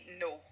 no